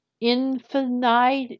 infinite